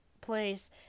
place